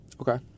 Okay